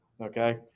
Okay